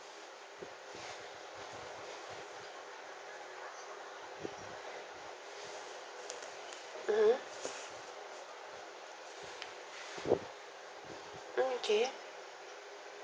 mmhmm ah okay